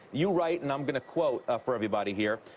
you write and i'm gonna quote for everybody here,